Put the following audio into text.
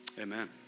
amen